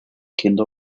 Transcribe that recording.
kinder